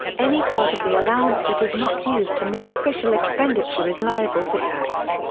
any part of the allowance that is not used to meet official expenditure is liable for tax.